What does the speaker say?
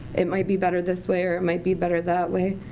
it might be better this way or it might be better that way.